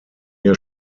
jahr